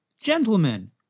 Gentlemen